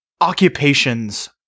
occupations